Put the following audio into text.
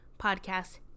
podcast